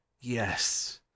yes